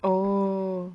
oh